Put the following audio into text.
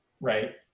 right